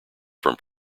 from